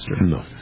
No